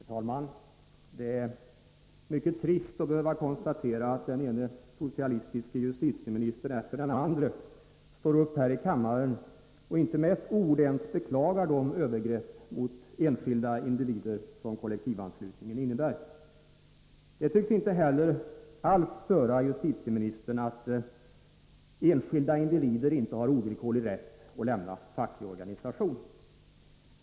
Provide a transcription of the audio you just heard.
Herr talman! Det är mycket trist att behöva konstatera att den ene socialistiske justitieministern efter den andre står upp här i kammaren och inte ens med ett ord beklagar de övergrepp mot enskilda individer som kollektivanslutningen innebär. Det tycks inte heller alls störa justitieministern att enskilda individer inte har ovillkorlig rätt att lämna facklig organisation.